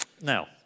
Now